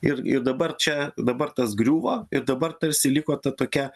ir ir dabar čia dabar tas griūva ir dabar tarsi liko ta tokia